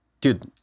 dude